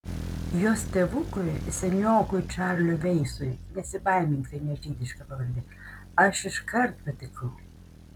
jos tėvukui seniokui čarliui veisui nesibaimink tai ne žydiška pavardė aš iškart patikau